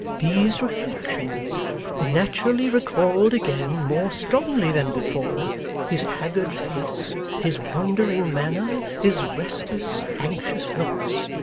these reflections naturally recalled again more strongly than before his haggard face, his wandering manner, his restless anxious looks.